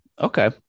okay